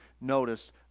noticed